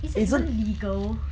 is it even legal